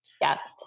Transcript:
yes